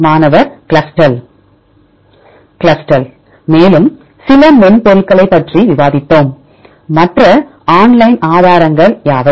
மாணவர் Clustal Clustal மேலும் சில மென்பொருட்களைப் பற்றி விவாதித்தோம் மற்ற ஆன்லைன் ஆதாரங்கள் யாவை